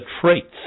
traits